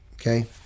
Okay